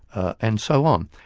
and so on.